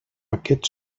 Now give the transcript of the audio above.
aquests